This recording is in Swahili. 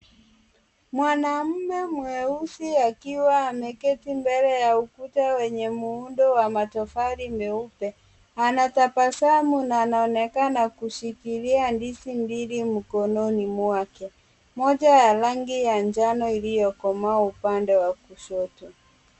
Mwanaume mweusi akiwa ameketi mbele ya ukuta wenye muundo wa matofali meupe. Anatabasamu na anaonekana kushikilia ndizi mbili mkononi mwake. Moja ya rangi ya njano iliyokomaa upande wa kushoto.